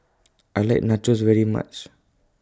I like Nachos very much